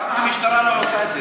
למה המשטרה לא עושה את זה?